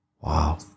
wow